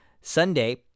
Sunday